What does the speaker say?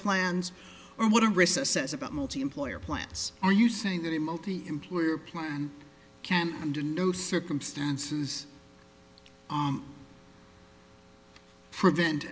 plans or what a recess says about multiemployer plans are you saying that a multi employer plan can do no circumstances prevent